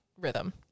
rhythm